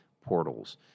portals